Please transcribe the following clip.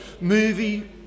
movie